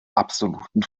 absoluten